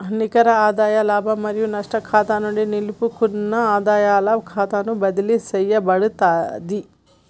నికర ఆదాయ లాభం మరియు నష్టం ఖాతా నుండి నిలుపుకున్న ఆదాయాల ఖాతాకు బదిలీ చేయబడతాంది